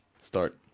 start